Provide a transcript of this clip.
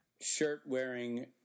shirt-wearing